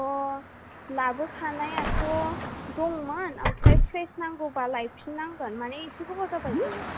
अह लाबोखानायाथ' दङ मोन आमफ्राय फ्रेस नांगौबा लाइफिननांगोन माने एसे गोबाव जाबाय बियो